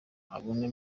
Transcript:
abone